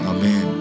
Amen